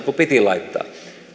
kuin piti laittaa